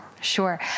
Sure